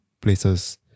places